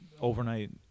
overnight